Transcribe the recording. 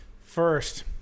First